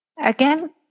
Again